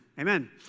Amen